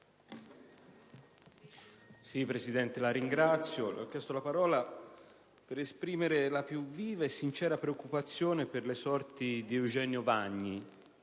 Presidente, ho chiesto la parola per esprimere la più viva e sincera preoccupazione per le sorti di Eugenio Vagni,